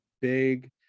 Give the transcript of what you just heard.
big